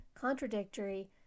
contradictory